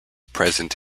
present